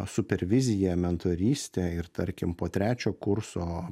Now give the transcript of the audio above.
supervizija mentorystė ir tarkim po trečio kurso